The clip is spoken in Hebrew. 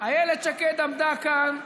אילת שקד עמדה כאן כמו,